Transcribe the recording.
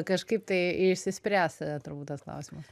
kažkaip tai išsispręs turbūt tas klausimas